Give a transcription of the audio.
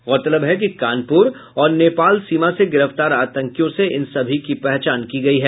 गौरतलब है कि कानपुर और नेपाल सीमा से गिरफ्तार आतंकियों से इन सभी की पहचान की गयी है